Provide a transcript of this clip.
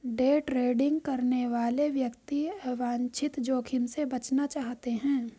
day trading करने वाले व्यक्ति अवांछित जोखिम से बचना चाहते हैं